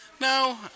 No